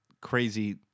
crazy